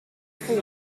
than